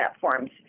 platforms